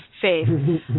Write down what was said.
faith